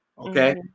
Okay